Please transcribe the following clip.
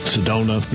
Sedona